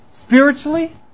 spiritually